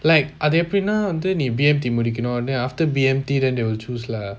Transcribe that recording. like அது எப்டின வந்து நீ:athu epdina vanthu nee B_M_T முடிக்கனும்:mudikanum then after B_M_T then they will choose lah